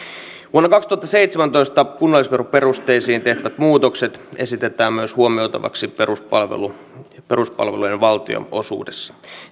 myös vuonna kaksituhattaseitsemäntoista kunnallisveroperusteisiin tehtävät muutokset esitetään huomioitavaksi peruspalveluiden valtionosuudessa